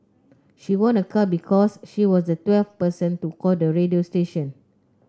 she won a car because she was the twelfth person to call the radio station